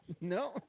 No